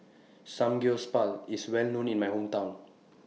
Samgyeopsal IS Well known in My Hometown